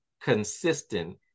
consistent